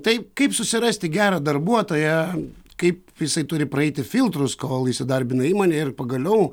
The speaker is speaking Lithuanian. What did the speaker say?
taip kaip susirasti gerą darbuotoją kaip jisai turi praeiti filtrus kol įsidarbina įmonėj ir pagaliau